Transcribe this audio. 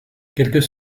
quelques